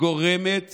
גורמת